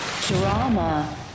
Drama